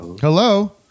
Hello